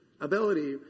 ability